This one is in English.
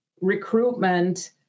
recruitment